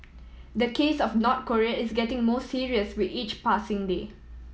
the case of North Korea is getting more serious with each passing day